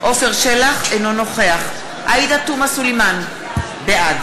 אינו נוכח עאידה תומא סלימאן, בעד